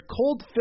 cold